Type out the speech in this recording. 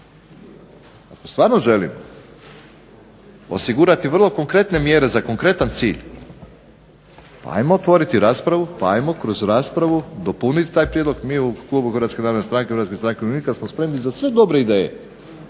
ako stvarno želimo osigurati vrlo konkretne mjere za konkretan cilj pa ajmo otvoriti raspravu pa ajmo kroz raspravu dopuniti taj prijedlog. Mi u klubu HNS-HSU-a smo spremni za sve dobre ideje